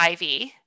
IV